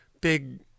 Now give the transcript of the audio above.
big